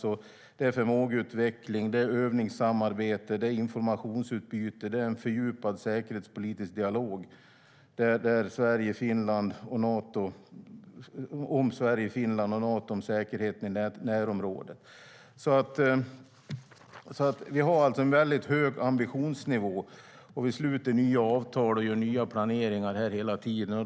Det handlar om förmågeutveckling, övningssamarbete och informationsutbyte. Det är en fördjupad säkerhetspolitisk dialog om Sverige, Finland och Nato och säkerheten i närområdet. Vi har alltså en väldigt hög ambitionsnivå, och vi sluter nya avtal och gör nya planeringar hela tiden.